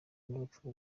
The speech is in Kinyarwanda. n’urupfu